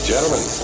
Gentlemen